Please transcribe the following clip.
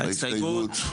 ההסתייגות.